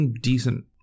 decent